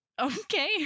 Okay